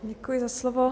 Děkuji za slovo.